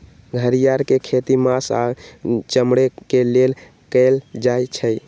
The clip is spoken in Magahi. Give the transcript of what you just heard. घरिआर के खेती मास आऽ चमड़े के लेल कएल जाइ छइ